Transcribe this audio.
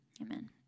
amen